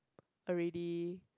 already